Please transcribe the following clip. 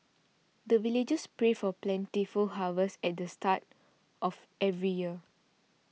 the villagers pray for plentiful harvest at the start of every year